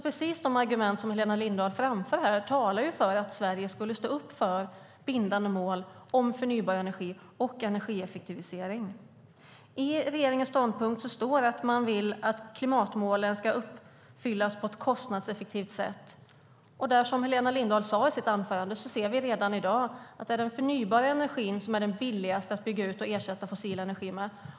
Precis de argument som Helena Lindahl framför här talar för att Sverige skulle stå upp för bindande mål om förnybar energi och energieffektivisering. I regeringens ståndpunkt står det att man vill att klimatmålen ska uppfyllas på ett kostnadseffektivt sätt. Som Helena Lindahl sade i sitt anförande ser vi redan i dag att det är den förnybara energin som är den billigaste att bygga ut och ersätta fossil energi med.